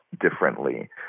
differently